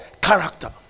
character